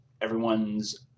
everyone's